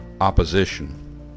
opposition